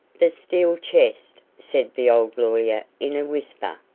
the steel chest, said the old lawyer, in a whisper,